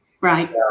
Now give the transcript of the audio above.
Right